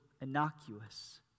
innocuous